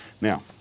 Now